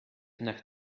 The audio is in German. nach